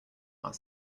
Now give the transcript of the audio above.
are